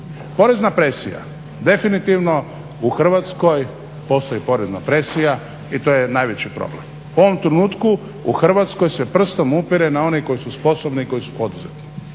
Porezna presija. Definitivno u Hrvatskoj postoji porezna presija i to je najveći problem. U ovom trenutku u Hrvatskoj se prostom upire u one koji su sposobni i koji su poduzetni.